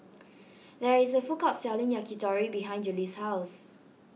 there is a food court selling Yakitori behind Juli's house